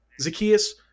Zacchaeus